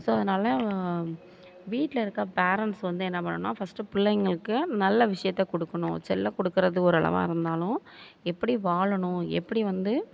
so அதனால வீட்டில் இருக்கற ஃபேரன்ட்ஸ் வந்து என்ன பண்ணணுனா ஃபஸ்டு பிள்ளைங்களுக்கு நல்ல விஷயத்தை கொடுக்கணும் செல்லம் கொடுக்குறது ஓரளவாக இருந்தாலும் எப்படி வாழணும் எப்படி வந்து